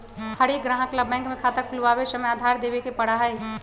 हर एक ग्राहक ला बैंक में खाता खुलवावे समय आधार देवे ही पड़ा हई